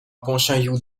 pontchaillou